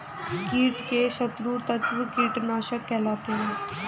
कीट के शत्रु तत्व कीटनाशक कहलाते हैं